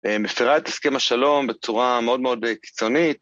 ומפירה את הסכם השלום בצורה מאוד מאוד קיצונית.